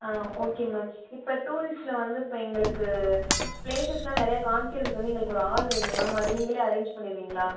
ஆ okay ma'am இப்போ டூரிஸ்ட்டில் வந்து இப்போ எங்களுக்கு ப்ளேஸஸ்ஸெலாம் நிறையா காமிக்கிறதுக்கு வந்து எங்களுக்கு ஒரு ஆள் வேணும் மேம் அதை நீங்களே அரேஞ்ச் பண்ணிடுவீங்களா